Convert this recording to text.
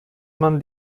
man